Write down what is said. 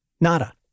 Nada